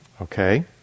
okay